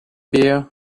bear